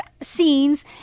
scenes